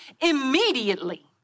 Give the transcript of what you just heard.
immediately